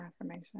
affirmation